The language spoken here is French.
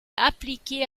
appliquée